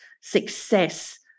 success